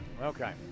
okay